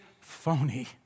phony